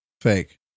fake